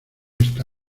está